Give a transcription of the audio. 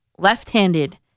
Left-handed